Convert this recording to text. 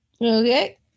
Okay